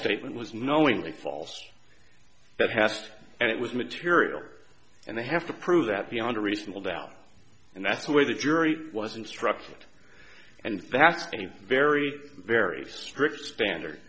statement was knowingly false that has and it was material and they have to prove that beyond a reasonable doubt and that's the way the jury was instructed and that's a very very strict standard